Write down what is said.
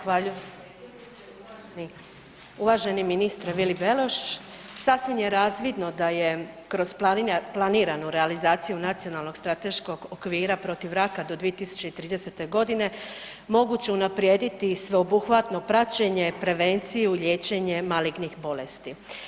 Zahvaljujem… [[Govornik nije uključen]] Uvaženi ministre Vili Beroš, sasvim je razvidno da je kroz planiranu realizaciju Nacionalnog strateškog okvira protiv raka do 2030.g. moguće unaprijediti sveobuhvatno praćenje, prevenciju i liječenje malignih bolesti.